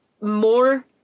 more